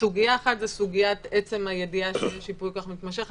סוגיה אחת זאת הסוגיה של עצם הידיעה שיש ייפוי כוח מתמשך.